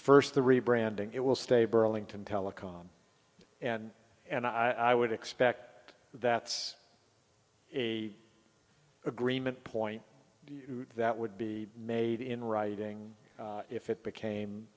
first the rebranding it will stay burlington telecom and and i would expect that's a agreement point that would be made in writing if it became